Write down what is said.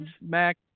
mac